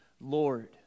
Lord